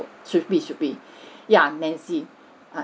should be should be yeah nancy